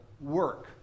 Work